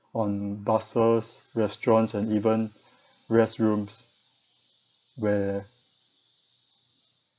on buses restaurants and even restrooms where